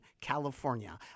California